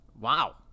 Wow